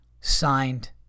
signed